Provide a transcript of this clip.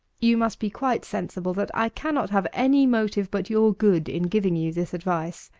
you must be quite sensible that i cannot have any motive but your good in giving you this advice,